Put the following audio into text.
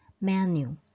menu